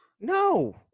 No